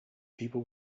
people